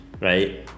right